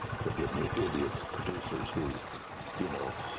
forgive me, idiot producers who you know